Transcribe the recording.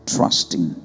Trusting